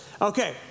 Okay